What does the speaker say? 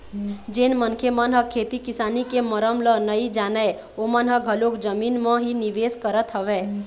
जेन मनखे मन ह खेती किसानी के मरम ल नइ जानय ओमन ह घलोक जमीन म ही निवेश करत हवय